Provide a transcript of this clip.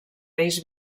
reis